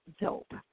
dope